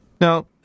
Now